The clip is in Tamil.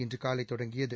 இன்றுகாலைதொடங்கியது